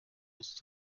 musst